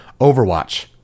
Overwatch